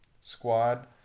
squad